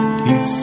keep